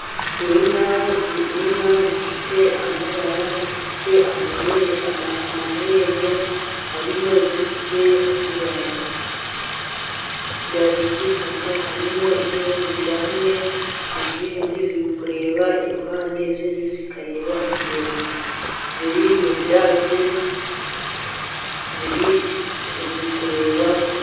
Inka zifite amabara, zifite amahembe, harimo izifite ibara ry'igitaka, harimo inka ziryamye, izindi ziri kureba iruhande, izindi kureba imbere, ziri mu byatsi ziri kureba hejuru.